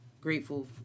grateful